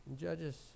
Judges